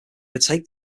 overtake